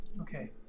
Okay